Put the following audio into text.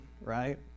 right